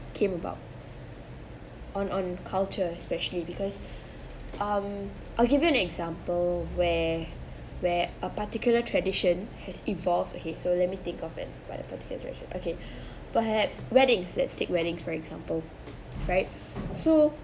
came about on on culture especially because um I'll give you an example where where a particular tradition has evolved okay so let me think of it about the particular tradition okay perhaps weddings that take wedding for example right so